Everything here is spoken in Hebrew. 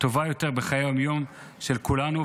טובה יותר בחיי היום-יום של כולנו.